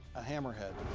a hammerhead.